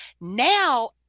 now